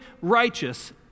righteous